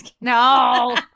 No